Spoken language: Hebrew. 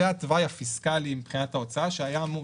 זה התוואי הפיסקלי מבחינת ההוצאה שהיה אמור